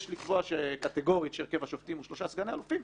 יש לקבוע שקטיגורית הרכב השופטים הוא שלושה סגני אלופים.